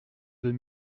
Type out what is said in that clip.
deux